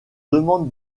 demande